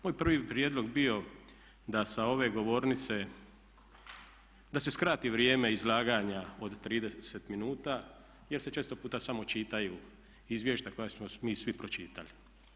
Moj prvi prijedlog bi bio da sa ove govornice, da se skrati vrijeme izlaganja od 30 minuta jer se često puta samo čitaju izvješća koja smo mi svi pročitali.